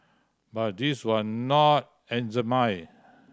but this was not eczema